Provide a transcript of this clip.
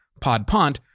podpont